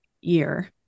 year